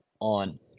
on